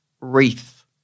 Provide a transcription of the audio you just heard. Wreath